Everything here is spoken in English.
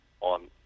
on